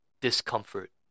Discomfort